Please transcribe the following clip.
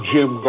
Jim